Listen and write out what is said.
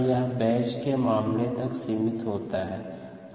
यह बैच के मामले तक सीमित होता है